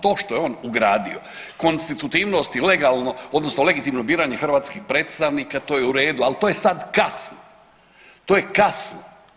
To što je on ugradio konstitutivnost i legalno odnosno legitimno biranje hrvatskih predstavnika to je u redu, al to je sad kasno, to je kasno.